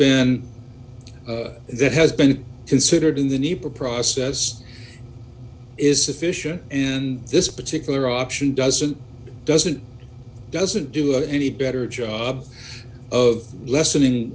been that has been considered in the need for process is sufficient and this particular option doesn't doesn't doesn't do any better job of lessening